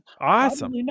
Awesome